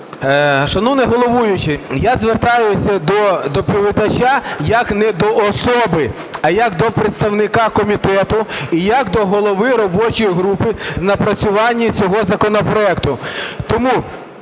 Шановний головуючий, я звертаюсь до доповідача як не до особи, а як до представника комітету і як до голови робочої групи з напрацювання цього законопроекту.